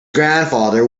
grandfather